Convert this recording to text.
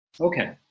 Okay